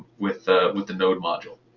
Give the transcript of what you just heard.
with ah with the node module.